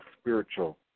spiritual